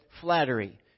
flattery